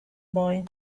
boy